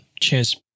Cheers